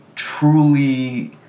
truly